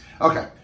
Okay